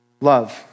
Love